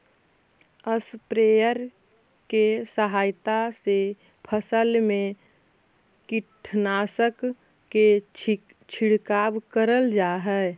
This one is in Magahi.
स्प्रेयर के सहायता से फसल में कीटनाशक के छिड़काव करल जा हई